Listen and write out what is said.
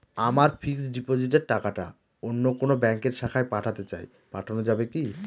আমার ফিক্সট ডিপোজিটের টাকাটা অন্য কোন ব্যঙ্কের শাখায় পাঠাতে চাই পাঠানো যাবে কি?